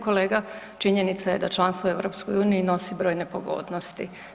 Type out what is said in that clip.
Kolega, činjenica je da članstvo u EU nosi brojne pogodnosti.